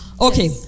Okay